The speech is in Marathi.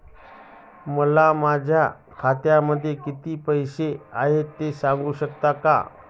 मला माझ्या खात्यामध्ये किती पैसे आहेत ते सांगू शकता का?